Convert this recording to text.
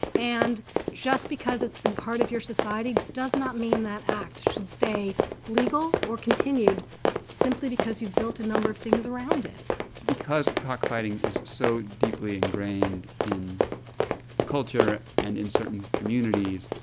and just because it's been part of your society does not mean that act should stay legal or continued simply because you've built a number of things around it because cockfighting is so deeply ingrained in the culture and in certain communities,